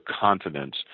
confidence